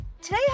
today